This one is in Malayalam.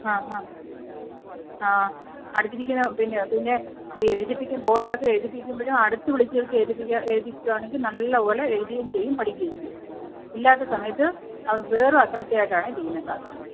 ആ ആ ആ അടുത്തിരിക്കുന്ന പിന്നെ പിന്നെ ഈ ബോര്ഡിലൊക്കെ എഴുതിപ്പിക്കുമ്പോഴും അടുത്ത് വിളിച്ചിരുത്തി എഴുതിപ്പിക്കുകയാണെങ്കില് നല്ലപോലെ എഴുതുകയും ചെയ്യും പഠിക്കുകയും ചെയ്യും ഇല്ലാത്ത സമയത്ത് അവന് വെറും അശ്രദ്ധയായിട്ടാണ് ഇരിക്കുന്നത് ക്ലാസില്